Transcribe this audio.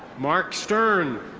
mark stern.